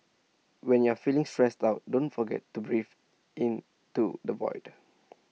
when you are feeling stressed out don't forget to breathe into the void